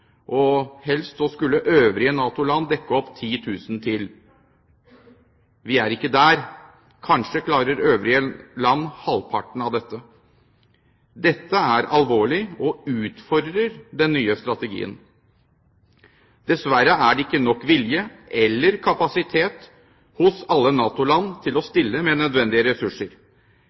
og helst skulle øvrige NATO-land dekke opp 10 000 til. Vi er ikke der – kanskje klarer øvrige land halvparten av dette. Dette er alvorlig og utfordrer den nye strategien. Dessverre er det ikke nok vilje eller kapasitet hos alle NATO-land til å stille med nødvendige ressurser.